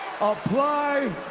Apply